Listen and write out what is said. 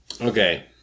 Okay